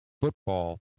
football